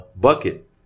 bucket